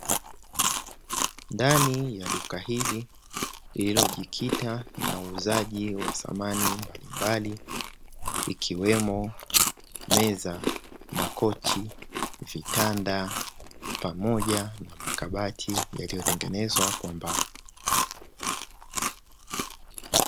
Ndani ya duka hili la kisasa, hii ni sehemu ambapo wanauza mboga za majani pamoja na matunda kama vile nyanya, karoti, ndizi mapapai na viazi.